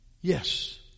Yes